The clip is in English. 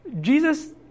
Jesus